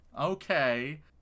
okay